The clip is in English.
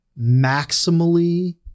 maximally